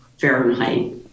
Fahrenheit